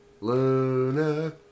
Luna